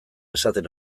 esaten